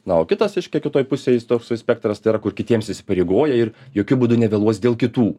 na o kitas reiškia kitoj pusėj jis toksai spektras tai yra kur kitiems įsipareigoja ir jokiu būdu nevėluos dėl kitų